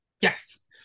Yes